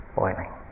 boiling